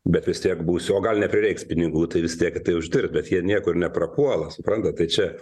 bet vis tiek būsiu o gal neprireiks pinigų tai vis tiek tai uždirbi bet jie niekur neprapuola suprantat tai čia